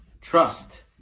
trust